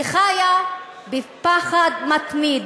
היא חיה בפחד מתמיד,